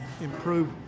improve